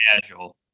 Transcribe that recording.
casual